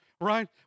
right